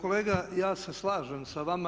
Kolega ja se slažem sa vama.